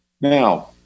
Now